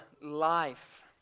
life